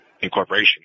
incorporation